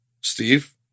Steve